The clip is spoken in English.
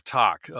talk